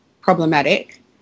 problematic